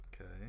Okay